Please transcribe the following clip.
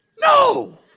No